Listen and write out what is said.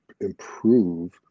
improve